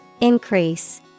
Increase